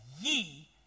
ye